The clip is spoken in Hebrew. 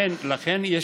לכן,